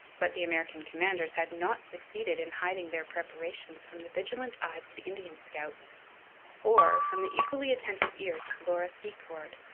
but the american commanders had not succeeded in hiding their preparations from the vigilant eyes of the indian scouts or from the equally attentive ears of laura secord,